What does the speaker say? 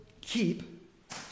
keep